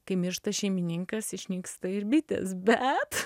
kai miršta šeimininkas išnyksta ir bitės bet